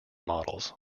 models